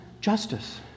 justice